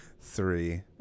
Three